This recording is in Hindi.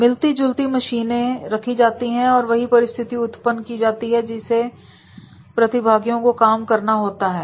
मिलती जुलती मशीनें रखी जाती हैं और वही परिस्थिति उत्पन्न की जाती है जिस पे प्रतिभागियों को काम करना होता है